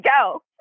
go